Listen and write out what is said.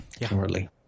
currently